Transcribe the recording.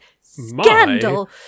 Scandal